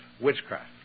Witchcraft